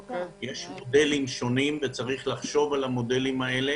יש מודלים שונים וצריך לחשוב על המודלים האלה.